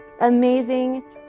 amazing